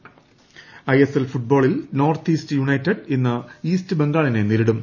L IS L ഫുട്ബോളിൽ North East United ഇന്ന് East ബംഗാളിനെ നേരിടും